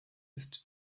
ist